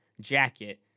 jacket